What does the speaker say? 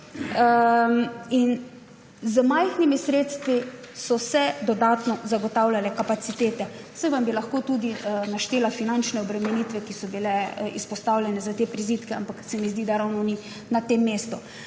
z majhnimi sredstvi so se dodatno zagotavljale kapacitete. Saj vam bi lahko tudi naštela finančne obremenitve, ki so bile izpostavljene za te prizidke, ampak se mi zdi, da to ravno ni na mestu.